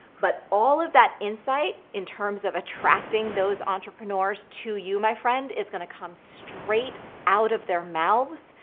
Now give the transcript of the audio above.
but, all of that insight in terms of attracting those entrepreneurs to you, my friend, is gonna come straight out of their mouths,